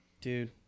Dude